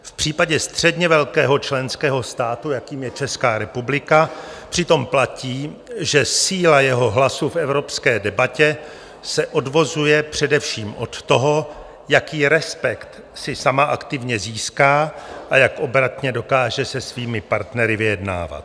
V případě středně velkého členského státu, jakým je Česká republika, přitom platí, že síla jeho hlasu v evropské debatě se odvozuje především od toho, jaký respekt si sama aktivně získá a jak obratně dokáže se svými partnery vyjednávat.